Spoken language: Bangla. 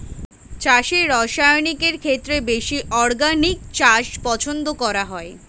চাষে রাসায়নিকের থেকে বেশি অর্গানিক চাষ পছন্দ করা হয়